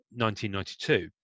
1992